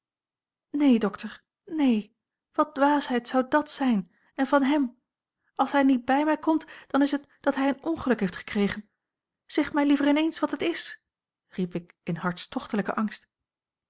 neen dokter neen wat dwaasheid zou dàt zijn en van hem als hij niet bij mij komt dan is het dat hij een ongeluk heeft gekregen zeg mij liever in eens wat het is riep ik in hartstochtelijken angst